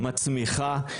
מצמיחה.